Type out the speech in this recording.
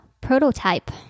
prototype